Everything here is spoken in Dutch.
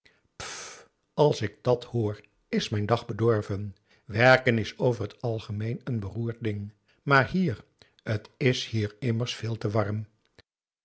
als ik dàt hoor is mijn dag bedorven werken is over het algemeen n beroerd ding maar hier t is hier immers veel te warm